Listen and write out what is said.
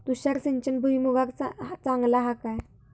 तुषार सिंचन भुईमुगाक चांगला हा काय?